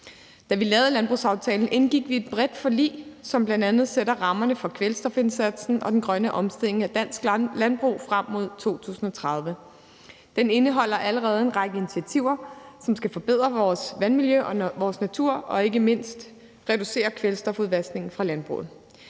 Da vi lavede landbrugsaftalen, indgik vi et bredt forlig, som bl.a. sætter rammerne for kvælstofindsatsen og den grønne omstilling af dansk landbrug frem mod 2030. Den indeholder allerede en række initiativer, som skal forbedre vores vandmiljø og vores natur og ikke mindst reducere kvælstofudvaskningen fra landbruget.